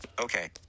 Okay